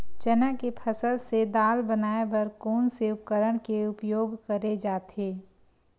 चना के फसल से दाल बनाये बर कोन से उपकरण के उपयोग करे जाथे?